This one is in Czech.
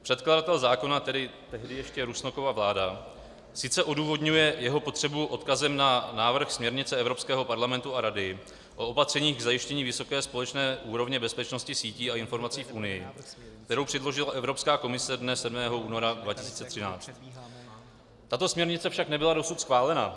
Předkladatel zákona, tedy tehdy ještě Rusnokova vláda, sice odůvodňuje jeho potřebu odkazem na návrh směrnice Evropského parlamentu a Rady o opatřeních k zajištění vysoké společné úrovně bezpečnosti sítí a informací v Unii, kterou předložila Evropská komise dne 7. února 2013, tato směrnice však nebyla dosud schválena.